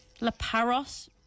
laparos